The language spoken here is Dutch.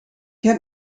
heb